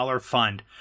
fund